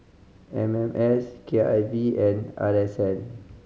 M M S K I V and R S N